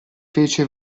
fece